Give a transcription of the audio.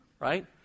right